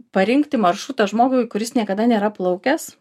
parinkti maršrutą žmogui kuris niekada nėra plaukęs